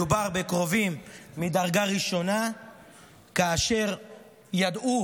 מדובר בקרובים מדרגה ראשונה אשר ידעו